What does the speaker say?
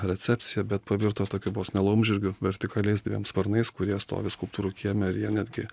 recepcija bet pavirto tokiu vos ne laumžirgiu vertikaliais dviem sparnais kurie stovi skulptūrų kieme ir jie netgi